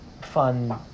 fun